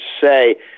say